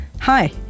Hi